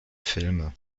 filme